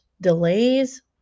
delays